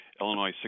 illinois